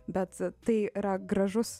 bet tai yra gražus